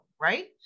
right